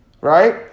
Right